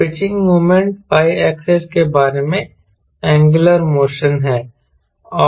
तो pitching moment y axis के बारे में एंगुलर मोशन है